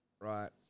Right